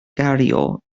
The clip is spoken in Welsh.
gario